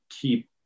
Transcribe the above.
keep